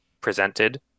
presented